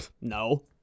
No